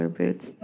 boots